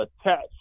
attached